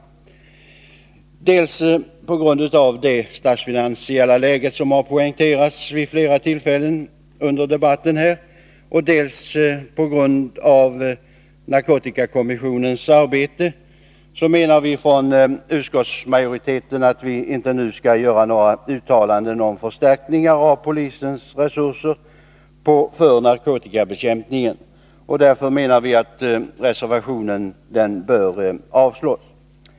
Vi anser från utskottsmajoriteten — dels på grund av det statsfinansiella läget, vilket har poängterats vid flera tillfällen under debatten, dels på grund av narkotikakommissionens arbete — att vi inte nu skall göra några uttalanden om förstärkningar av polisens resurser för narkotikabekämpningen. Därför menar vi att reservationen bör avslås.